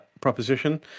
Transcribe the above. proposition